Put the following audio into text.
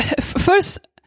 First